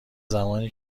زمانی